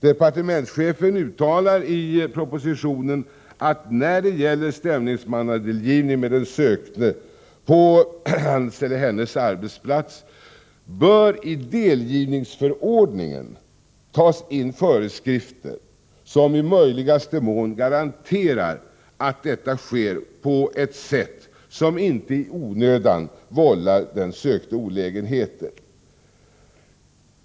Departementschefen uttalar i propositionen att när det gäller stämningsmannadelgivning med den sökte på dennes arbetsplats bör det i delgivningsförordningen tas in föreskrifter som i möjligaste mån garanterar att detta sker på ett sätt som inte i onödan vållar den sökte olägenheter.